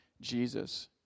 Jesus